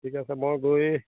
ঠিক আছে মই গৈ